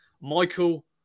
Michael